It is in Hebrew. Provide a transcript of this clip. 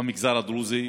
במגזר הדרוזי.